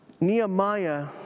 Nehemiah